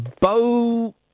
bow